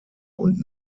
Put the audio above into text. und